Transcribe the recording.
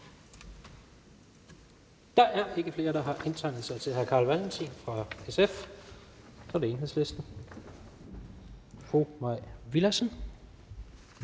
Der er ikke flere, der har indtegnet sig til hr. Carl Valentin fra SF. Så er det fru Mai Villadsen,